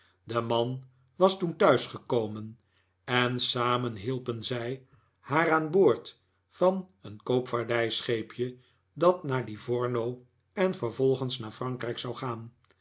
de man was toen thuis gekomen en samen hielpen zij haar aan boord van een koopvaardijscheepje dat naar livorno en vervolgens naar frankrijk zou gaan